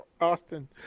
Austin